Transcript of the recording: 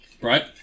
right